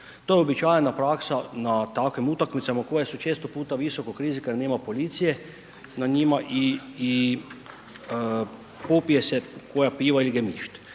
To je uobičajena praksa na takvim utakmicama koje su često puta visokog rizika jer nema policije na njima i popije se koja piva ili gemišt.